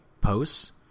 posts